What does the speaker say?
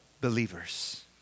believers